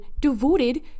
devoted